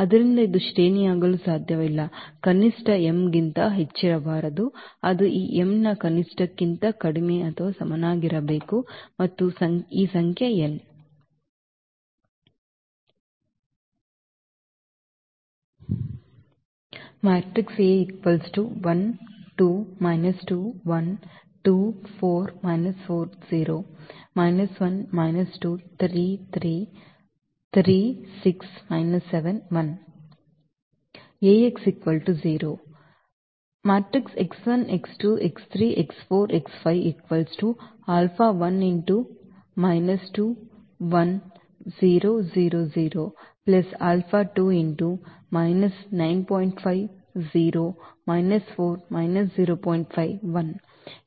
ಆದ್ದರಿಂದ ಇದು ಶ್ರೇಣಿಯಾಗಲು ಸಾಧ್ಯವಿಲ್ಲ ಕನಿಷ್ಠ m ಗಿಂತ ಹೆಚ್ಚಿರಬಾರದು ಅದು ಈ m ನ ಕನಿಷ್ಠಕ್ಕಿಂತ ಕಡಿಮೆ ಅಥವಾ ಸಮನಾಗಿರಬೇಕು ಮತ್ತು ಈ ಸಂಖ್ಯೆ n